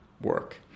work